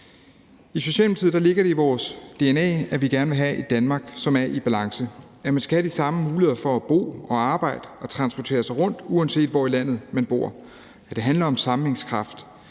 I Socialdemokratiet ligger det i vores dna, at vi gerne vil have et Danmark, som er i balance, og at man skal have de samme muligheder for at bo og arbejde og transportere sig rundt, uanset hvor i landet man bor. Det handler om sammenhængskraft,